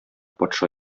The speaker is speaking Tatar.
патша